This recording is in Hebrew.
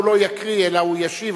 הוא לא יקריא אלא הוא ישיב,